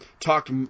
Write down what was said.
talked